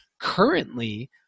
currently